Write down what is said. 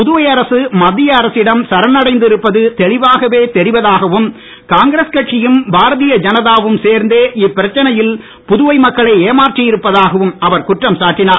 புதுவை அரசு மத்திய அரசிடம் சரணடைந்து இருப்பது தெளிவாகவே தெரிவதாகவும் காங்கிரஸ் கட்சியும் பாரதிய ஜனதாவும் சேர்ந்தே இப்பிரச்னையில் புதுவை மக்களை ஏமாற்றி இருப்பதாகவும் அவர் குற்றம் சாட்டினார்